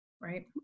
Right